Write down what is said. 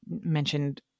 mentioned